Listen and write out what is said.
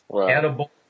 edible